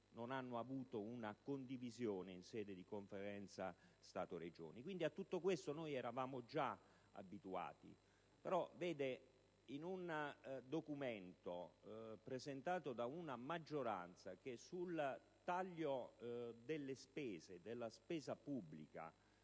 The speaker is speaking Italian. non hanno avuto una condivisione in sede di Conferenza Stato-Regioni. Quindi, a tutto questo noi eravamo già abituati, ma, vede, questo è un documento presentato da una maggioranza che del taglio delle spese, e della spesa pubblica,